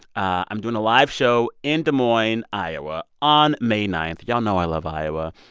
i'm doing a live show in des moines, iowa, on may nine. y'all know i love iowa.